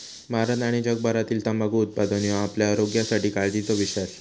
भारत आणि जगभरातील तंबाखू उत्पादन ह्यो आपल्या आरोग्यासाठी काळजीचो विषय असा